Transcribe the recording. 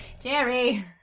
Jerry